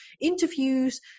interviews